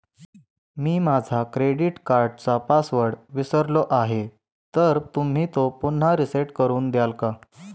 मी माझा क्रेडिट कार्डचा पासवर्ड विसरलो आहे तर तुम्ही तो पुन्हा रीसेट करून द्याल का?